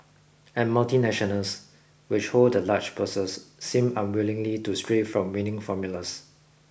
and multinationals which hold the large purses seem unwilling to stray from winning formulas